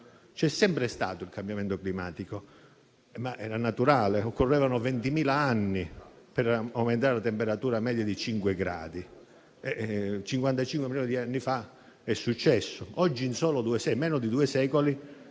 C'è sempre stato il cambiamento climatico, ma era naturale: occorrevano 20.000 anni per aumentare la temperatura media di 5 gradi; 55 milioni di anni fa è successo. Oggi, in meno di due secoli,